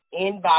inbox